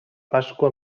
pasqua